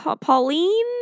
Pauline